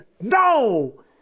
no